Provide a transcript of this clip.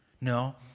No